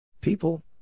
People